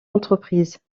entreprise